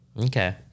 okay